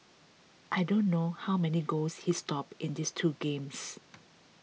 I don't know how many goals he stopped in this two games